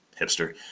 hipster